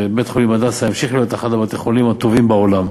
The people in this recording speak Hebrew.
שבית-החולים "הדסה" ימשיך להיות אחד מבתי-החולים הטובים בעולם.